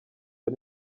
ari